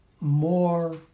more